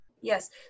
yes